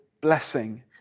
blessing